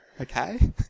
Okay